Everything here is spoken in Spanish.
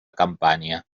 campaña